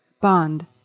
Bond